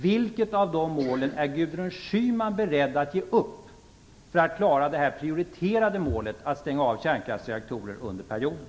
Vilket av de målen är Gudrun Schyman beredd att ge upp för att klara det prioriterade målet att stänga av kärnkraftsreaktorer under perioden?